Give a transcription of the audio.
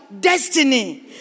destiny